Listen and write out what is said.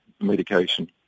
medication